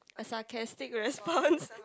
a sarcastic response